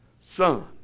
son